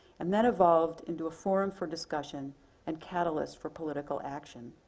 and then evolved into a forum for discussion and catalyst for political action.